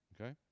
okay